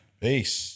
Peace